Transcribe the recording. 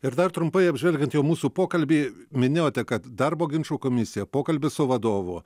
ir dar trumpai apžvelgiant jau mūsų pokalbį minėjote kad darbo ginčų komisija pokalbis su vadovu